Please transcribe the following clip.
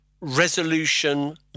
resolution